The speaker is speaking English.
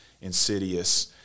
insidious